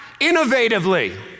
innovatively